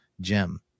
gem